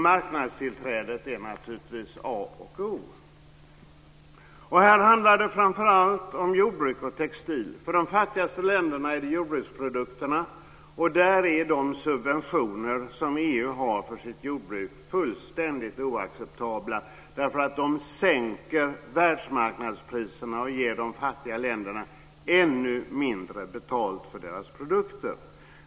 Marknadstillträdet är naturligtvis A och O. Här handlar det framför allt om jordbruk och textil. För de fattigaste länderna gäller det jordbruksprodukterna. De subventioner som EU har för sitt jordbruk är fullständigt oacceptabla eftersom de sänker världsmarknadspriserna och ger de fattiga länderna ännu mindre betalt för sina produkter.